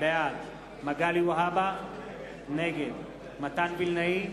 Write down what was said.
בעד מגלי והבה, נגד מתן וילנאי,